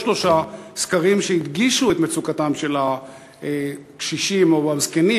שלושה סקרים שהדגישו את מצוקתם של הקשישים או הזקנים: